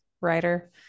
writer